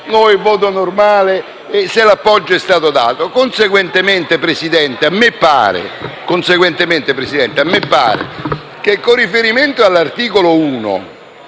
segreto o normale e se l'appoggio è stato dato? Conseguentemente, signor Presidente, a me sembra che con riferimento all'articolo 1